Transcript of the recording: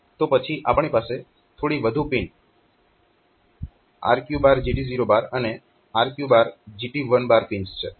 તો પછી આપણી પાસે થોડી વધુ પિન RQGT0 અને RQGT1 પિન્સ છે